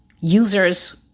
users